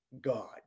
God